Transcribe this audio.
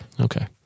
Okay